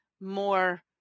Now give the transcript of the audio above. more